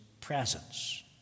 presence